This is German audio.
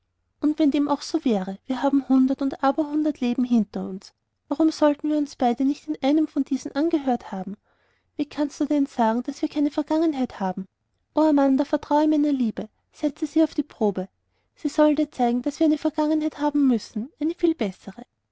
und wenn dem auch so wäre wir haben hundert und aberhundert leben hinter uns warum sollten wir beide uns nicht in einem von diesen angehört haben wie kannst du denn sagen daß wir keine vergangenheit haben o amanda vertraue meiner liebe setze sie auf die probe sie soll dir zeigen daß wir eine vergangenheit haben müssen eine viel bessere